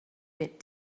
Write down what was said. bit